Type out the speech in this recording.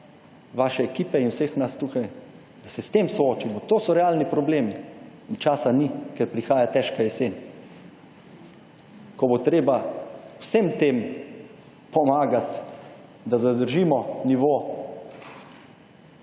vaše ekipe in vseh nas tukaj, da se s tem soočimo. To so realni problemi. In časa ni, ker prihaja težka jesen. Ko bo treba vsem tem pomagati, **113. TRAK